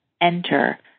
enter